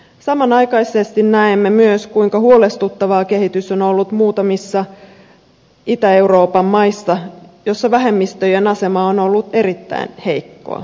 samanaikaisesti näemme myös kuinka huolestuttavaa kehitys on ollut muutamissa itä euroopan maissa joissa vähemmistöjen asema on ollut erittäin heikkoa